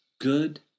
good